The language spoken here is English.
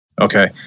Okay